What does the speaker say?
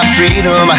Freedom